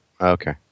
Okay